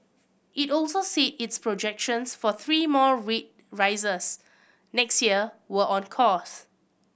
it also said its projections for three more rate rises next year were on course